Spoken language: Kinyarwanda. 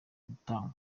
gutangwa